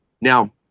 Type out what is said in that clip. Now